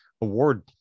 award